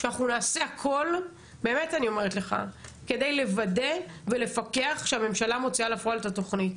שאנחנו נעשה הכל כדי לוודא ולפקח שהממשלה מוציאה לפועל את התוכנית.